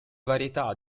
varietà